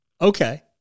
Okay